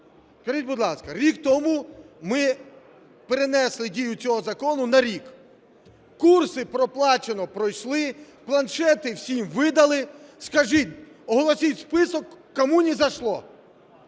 Скажіть, будь ласка, рік тому ми перенесли дію цього закону на рік. Курси проплачені пройшли, планшети всім видали. Скажіть, оголосіть список, кому не зайшло.